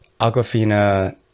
Aquafina